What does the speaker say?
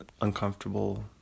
uncomfortable